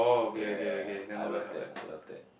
ya I love that I love that